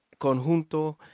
Conjunto